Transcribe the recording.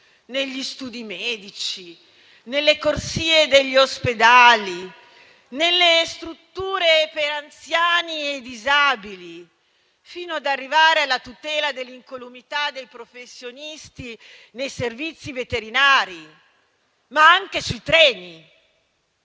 negli studi medici, nelle corsie degli ospedali, nelle strutture per anziani e disabili, fino ad arrivare alla tutela dell'incolumità dei professionisti nei servizi veterinari, ma anche sui treni.